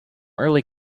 early